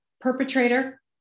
perpetrator